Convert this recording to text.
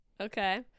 okay